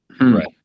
right